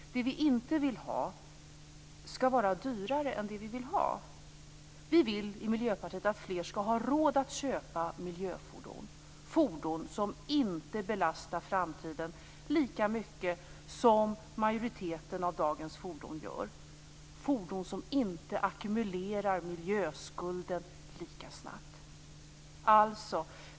Det vi inte vill ha skall vara dyrare än det vi vill ha. Vi i Miljöpartiet vill att fler skall ha råd att köpa miljöfordon, dvs. fordon som inte belastar framtiden lika mycket som majoriteten av dagens fordon gör, fordon som inte ackumulerar miljöskulden lika snabbt.